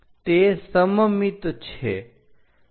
તે સમમિત છે